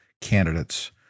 candidates